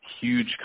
huge